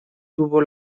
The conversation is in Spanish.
tuvo